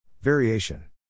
Variation